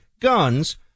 guns